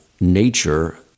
nature